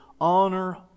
honor